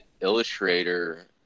illustrator